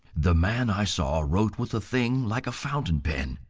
the man i saw wrote with a thing like a fountain pen,